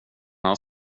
han